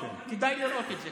כדאי לראות את זה.